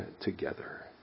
together